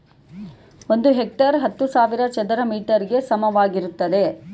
ಒಂದು ಹೆಕ್ಟೇರ್ ಹತ್ತು ಸಾವಿರ ಚದರ ಮೀಟರ್ ಗೆ ಸಮಾನವಾಗಿರುತ್ತದೆ